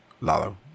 Lalo